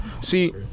See